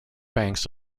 banks